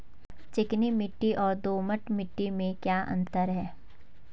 चिकनी मिट्टी और दोमट मिट्टी में क्या क्या अंतर है?